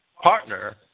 partner